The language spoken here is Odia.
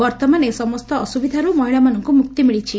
ବର୍ଉମାନ ଏ ସମସ୍ତ ଅସ୍ବବଧାର୍ ମହିଳାମାନଙ୍କୁ ମୁକ୍ତି ମିଳିଛି